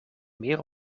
meer